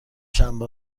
شنبه